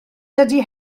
dydy